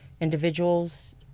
individuals